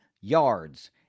yards